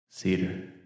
Cedar